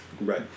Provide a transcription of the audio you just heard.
Right